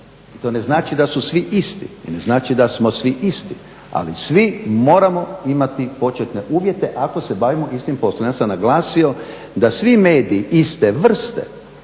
to ne znači da su svi isti i ne znači da smo svi isti, ali svi moramo imati početne uvjete ako se bavimo istim poslom. Ja sam naglasio da svi mediji iste vrste